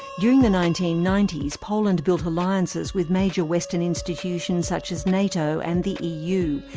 during the nineteen ninety s, poland built alliances with major western institutions such as nato and the eu,